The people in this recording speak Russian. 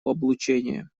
облучения